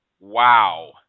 Wow